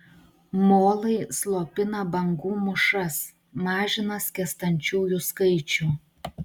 molai slopina bangų mūšas mažina skęstančiųjų skaičių